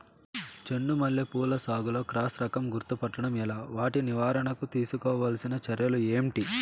చెండు మల్లి పూల సాగులో క్రాస్ రకం గుర్తుపట్టడం ఎలా? వాటి నివారణకు తీసుకోవాల్సిన చర్యలు ఏంటి?